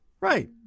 Right